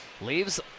leaves